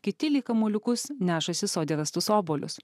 kiti lyg kamuoliukus nešasi sode rastus obuolius